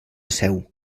seu